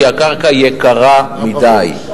כי הקרקע יקרה מדי.